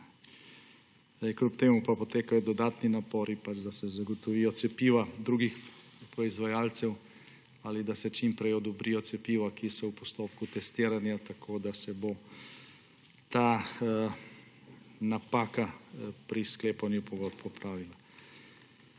Kljub temu potekajo dodatni napori, da se zagotovijo cepiva drugih proizvajalcev ali da se čim prej odobrijo cepiva, ki so v postopku testiranja, tako da se bo ta napaka pri sklepanju pogodb popravila.